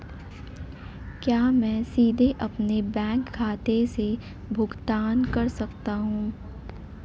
क्या मैं सीधे अपने बैंक खाते से भुगतान कर सकता हूं?